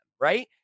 right